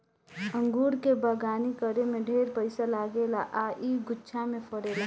अंगूर के बगानी करे में ढेरे पइसा लागेला आ इ गुच्छा में फरेला